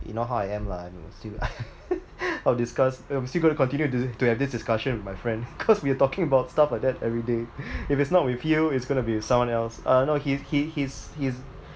you know how I am lah I'm still I'll discuss I'm still gonna continue to to have this discussion with my friend cause we are talking about stuff like that every day if it's not with you it's gonna be with someone else uh no he he he's he's